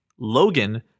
Logan